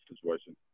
situation